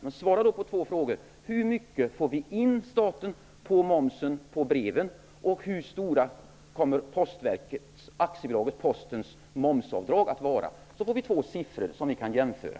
Men svara då på två frågor: Hur mycket får vi in till staten på brevmomsen, och hur stora kommer AB Postens momsavdrag att vara? Då får vi två siffror som vi kan jämföra.